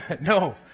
No